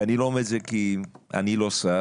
ואני לא אומר את זה כי אני לא שר.